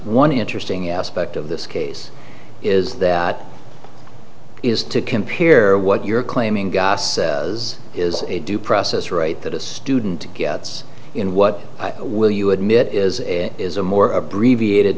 one interesting aspect of this case is that is to compare what you're claiming ga says is a due process right that a student gets in what will you admit is a is a more abbreviated